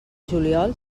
juliol